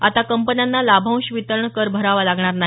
आता कंपन्यांना लाभांश वितरण कर भरावा लागणार नाही